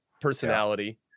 personality